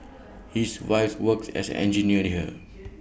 his wife works as engineer here